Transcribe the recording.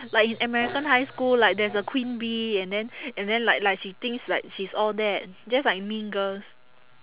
like in american high school like there's a queen bee and then and then like like she thinks like she's all that just like mean girls